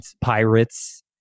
Pirates